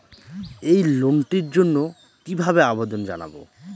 এই লোনটির জন্য কিভাবে আবেদন জানাবো?